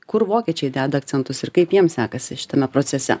kur vokiečiai deda akcentus ir kaip jiems sekasi šitame procese